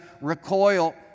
recoil